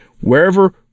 Wherever